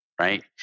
right